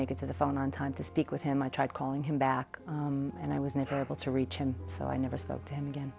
make it to the phone on time to speak with him i tried calling him back and i was never able to reach him so i never spoke to him again